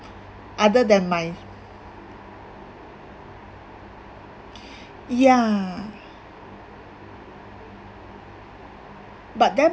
other than my ya but then